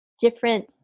different